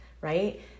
right